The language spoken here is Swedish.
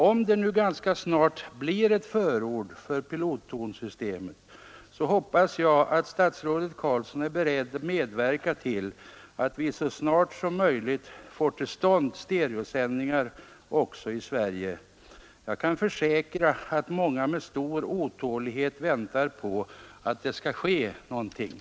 Om det nu ganska snart blir ett förord för pilottonsystemet, så hoppas jag att statsrådet Carlsson är beredd att medverka till att vi så snart som möjligt får till stånd stereosändningar här i Sverige. Jag kan försäkra att många med stor otålighet väntar på att det skall ske något på det området.